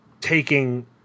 taking